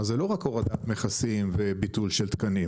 אז זה לא רק הורדת מכסים וביטול של תקנים,